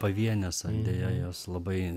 pavienės deja jos labai